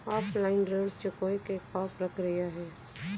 Offline ऋण चुकोय के का प्रक्रिया हे?